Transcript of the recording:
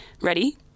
Ready